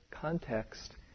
context